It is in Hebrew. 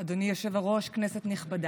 אדוני היושב-ראש, כנסת נכבדה,